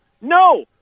no